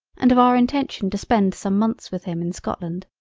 and of our intention to spend some months with him in scotland.